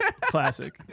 Classic